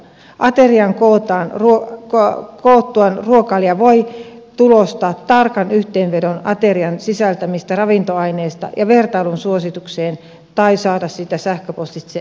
aterian koottuaan ruokailija voi tulostaa tarkan yhteenvedon aterian sisältämistä ravintoaineista ja vertailun suositukseen tai saada siitä sähköpostitse itselleen tietoa